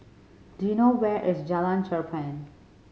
do you know where is Jalan Cherpen